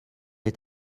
est